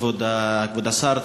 כבוד השר,